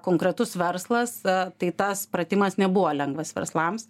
konkretus verslas tai tas pratimas nebuvo lengvas verslams